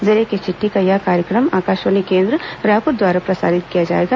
जिले की चिट्ठी का यह कार्यक्रम आकाशवाणी केंद्र रायपुर द्वारा प्रसारित किया जाएगा